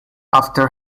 after